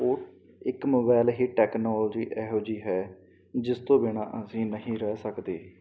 ਉਹ ਇੱਕ ਮੋਬਾਈਲ ਹੀ ਟੈਕਨੋਲਜੀ ਇਹੋ ਜਿਹੀ ਹੈ ਜਿਸ ਤੋਂ ਬਿਨ੍ਹਾਂ ਅਸੀਂ ਨਹੀਂ ਰਹਿ ਸਕਦੇ